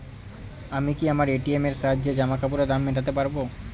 আমি কি আমার এ.টি.এম এর সাহায্যে জামাকাপরের দাম মেটাতে পারব?